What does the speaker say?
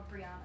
Brianna